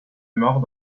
morts